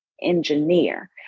engineer